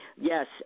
Yes